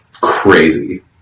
crazy